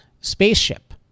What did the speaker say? spaceship